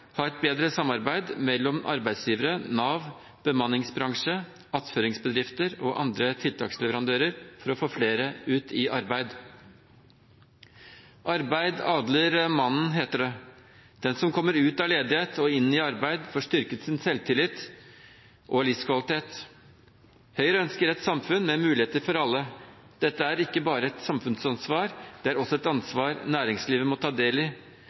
ha et bedre samarbeid mellom arbeidsgivere, Nav, bemanningsbransje, attføringsbedrifter og andre tiltaksleverandører for å få flere ut i arbeid. Arbeid adler mannen, heter det. Den som kommer ut av ledighet og inn i arbeid, får styrket sin selvtillit og livskvalitet. Høyre ønsker et samfunn med muligheter for alle. Dette er ikke bare et samfunnsansvar. Det er også et ansvar næringslivet må ta del i,